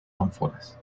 ánforas